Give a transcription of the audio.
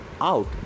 out